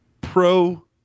Pro